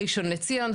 ראשון לציון,